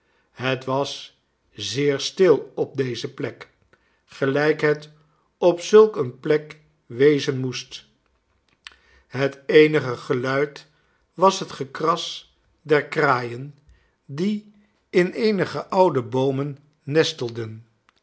het was zeer stil op deze plek gelijk het op zulk eene plek wezen moest het eenige geluid was het gekras der kraaien die in eenige oude boomen nestelden